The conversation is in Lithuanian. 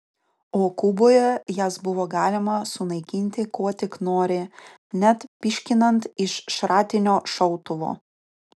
o kuboje jas buvo galima sunaikinti kuo tik nori net pyškinant iš šratinio šautuvo